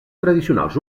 tradicionals